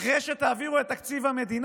אחרי שתעבירו את תקציב המדינה,